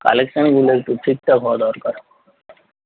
collection একটু ঠিকঠাক হওয়া দরকার